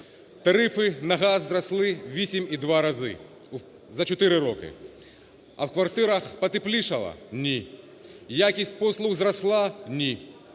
тарифи на газ зросли в 8,2 рази за чотири роки, а в квартирах потеплішало? Ні. Якість послуг зросла? Ні.